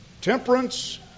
temperance